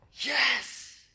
yes